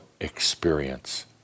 experience